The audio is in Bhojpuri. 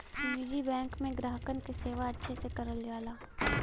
निजी बैंक में ग्राहकन क सेवा अच्छे से करल जाला